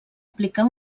aplicar